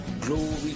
glory